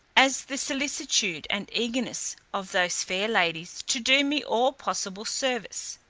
as the solicitude and eagerness of those fair ladies to do me all possible service.